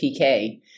PK